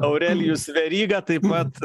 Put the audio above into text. aurelijus veryga taip pat